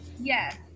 Yes